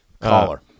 Caller